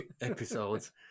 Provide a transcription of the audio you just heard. episodes